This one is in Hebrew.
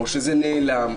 או שזה נעלם.